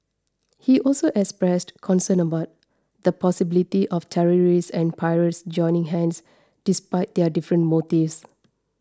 he also expressed concern about the possibility of terrorists and pirates joining hands despite their different motives